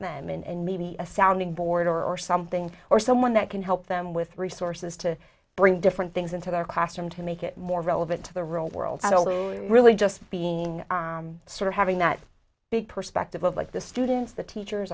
them and maybe a sounding board or something or someone that can help them with resources to bring different things into their classroom to make it more relevant to the real world really just being sort of having that big perspective of like the students the teachers